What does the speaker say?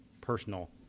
personal